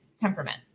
temperament